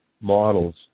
models